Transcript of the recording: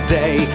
day